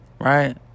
Right